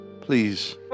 Please